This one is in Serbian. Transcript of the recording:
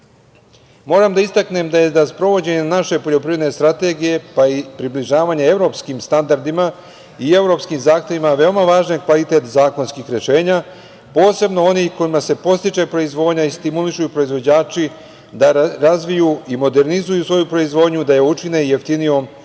da je istaknem da je za sprovođenje naše poljoprivredne strategije, pa i približavanje evropskim standardima i evropskim zahtevima, veoma važan kvalitet zakonskih rešenja, posebno onih kojima se podstiče proizvodnja i stimulišu proizvođači da razviju i modernizuju svoju proizvodnju, da je učine jeftinijom i